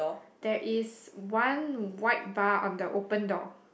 there is one white bar on the open door